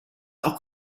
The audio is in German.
auch